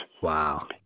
Wow